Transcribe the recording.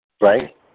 right